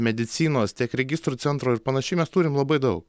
medicinos tiek registrų centro ir panašiai mes turime labai daug